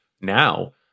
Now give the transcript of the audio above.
Now